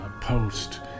post